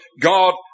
God